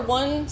one